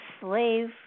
slave